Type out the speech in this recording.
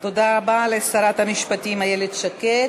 תודה רבה לשרת המשפטים איילת שקד.